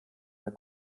der